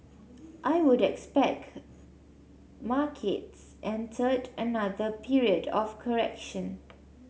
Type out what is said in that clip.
I would expect markets entered another period of correction